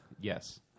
Yes